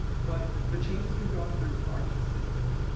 but the changes we've gone through aren't just physical.